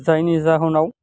जायनि जाहोनाव